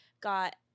Got